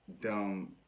dumb